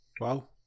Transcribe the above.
Wow